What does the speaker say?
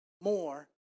more